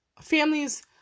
families